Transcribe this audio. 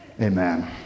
Amen